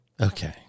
Okay